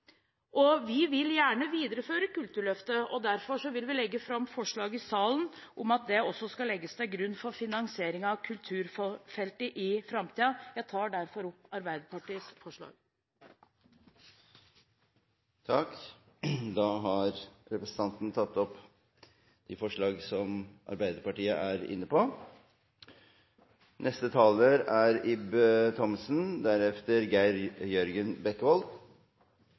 og vi vil gjerne videreføre det. Derfor har Arbeiderpartiet sammen med Senterpartiet og SV lagt fram et forslag i salen om at Kulturløftet også skal legges til grunn for finansieringen av kulturfeltet i framtiden. Jeg tar med dette opp forslaget. Da har representanten Rigmor Aasrud tatt opp